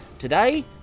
Today